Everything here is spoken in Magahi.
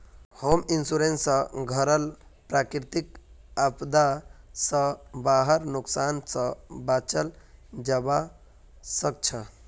होम इंश्योरेंस स घरक प्राकृतिक आपदा स हबार नुकसान स बचाल जबा सक छह